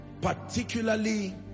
particularly